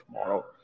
tomorrow